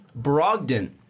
Brogdon